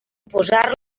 posar